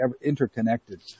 interconnected